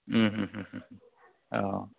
औ